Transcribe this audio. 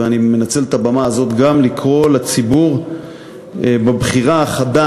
ואני מנצל את הבמה הזאת גם לקרוא לציבור בבחירה החדה